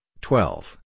twelve